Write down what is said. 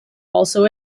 also